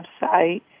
website